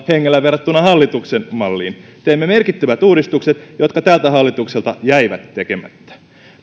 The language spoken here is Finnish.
hengellä verrattuna hallituksen malliin teemme merkittävät uudistukset jotka tältä hallitukselta jäivät tekemättä